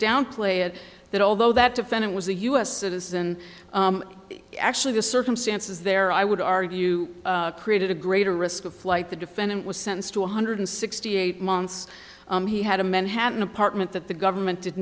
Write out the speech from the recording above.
downplay it that although that defendant was a u s citizen actually the circumstances there i would argue created a greater risk of flight the defendant was sentenced to one hundred sixty eight months he had a manhattan apartment that the government did